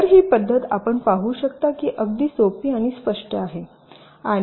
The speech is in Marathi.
तर ही पद्धत आपण पाहू शकता ही अगदी सोपी आणि स्पष्ट आहे